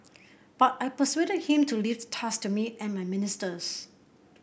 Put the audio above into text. but I persuaded him to leave the task to me and my ministers